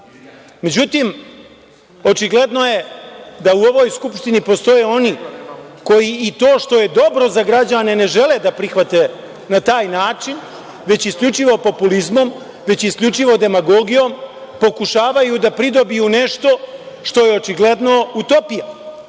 očigledno je da u ovoj Skupštini postoje oni koji i to što je dobro za građane ne žele da prihvate na taj način, već isključivo populizmom, već isključivo demagogijom pokušavaju da pridobiju nešto što je očigledno utopija.